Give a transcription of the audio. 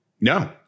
No